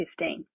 15